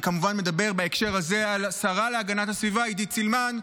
אני כמובן מדבר על השרה להגנת הסביבה עידית סלמן,